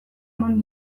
eman